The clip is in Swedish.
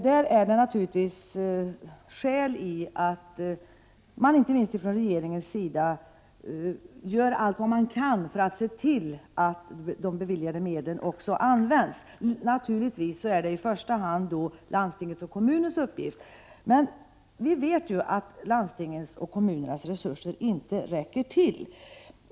Det finns naturligtvis skäl, inte minst för regeringen, att se till att de beviljade medlen används. Naturligtvis är detta i första hand en uppgift för landstingen och kommunerna. Men vi vet ju att landstingens och kommunernas resurser inte räcker till.